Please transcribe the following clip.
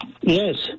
Yes